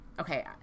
Okay